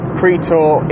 pre-tour